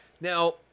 Now